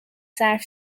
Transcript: صرف